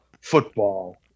Football